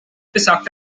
besagt